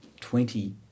Twenty